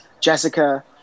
Jessica